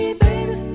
baby